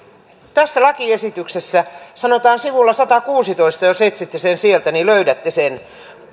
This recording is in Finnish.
tässä lakiesityksessä sanotaan sivulla satakuusitoista jos etsitte sen sieltä niin löydätte sen